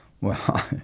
Well